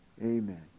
Amen